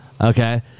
Okay